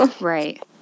Right